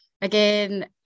Again